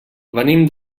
venim